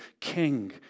King